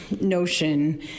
notion